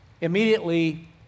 immediately